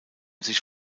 sich